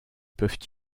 peuvent